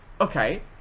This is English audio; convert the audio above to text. okay